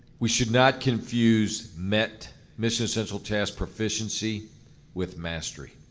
we should not confuse met mission essential task proficiency with mastery.